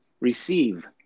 Receive